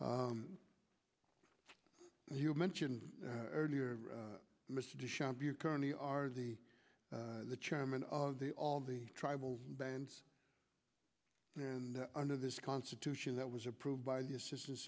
as you mentioned earlier mr de shop you currently are the the chairman of the all the tribal bands and under this constitution that was approved by the assistan